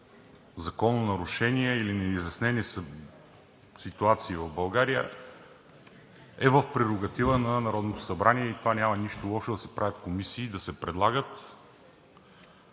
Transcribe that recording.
закононарушения или неизяснени ситуации в България, е в прерогатива на Народното събрание. И в това няма нищо лошо – да се правят комисии, да се предлагат.